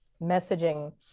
messaging